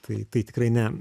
tai tai tikrai ne